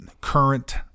current